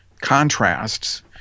contrasts